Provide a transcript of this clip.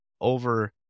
over